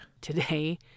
Today